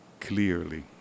clearly